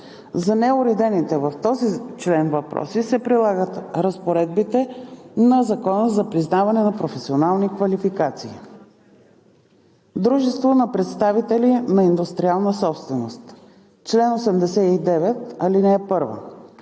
За неуредените в този член въпроси се прилагат разпоредбите на Закона за признаване на професионални квалификации. Дружество на представители по индустриална собственост Чл. 89.